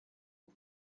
ngo